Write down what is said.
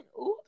Oops